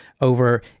over